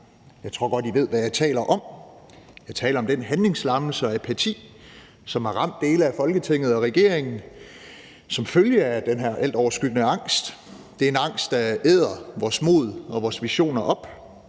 Jeg tror godt, I ved, hvad jeg taler om. Jeg taler om den handlingslammelse og apati, som har ramt dele af Folketinget og regeringen som følge af den her altoverskyggende angst. Det er en angst, der æder vores mod og vores visioner op,